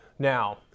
Now